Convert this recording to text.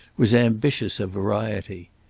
was ambitious of variety.